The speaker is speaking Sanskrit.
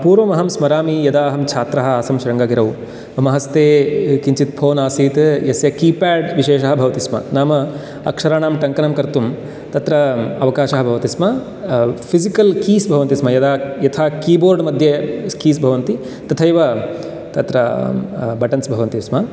पूर्वम् अहं स्मरामि यदा अहं छात्रः आसम् शृङ्गगिरौ मम हस्ते किञ्चित् फ़ोन् आसीत् यस्य कीपेड् विशेषः भवति स्म नाम अक्षराणां टङ्कनं कर्तुं तत्र अवकाशः भवति स्म फ़िज़िकल् कीज़् भवन्ति स्म यदा यथा कीबोर्ड् मध्ये कीज़् भवन्ति तथैव तत्र बटन्स् भवन्ति स्म